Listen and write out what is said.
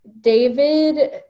David